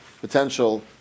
potential